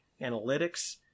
analytics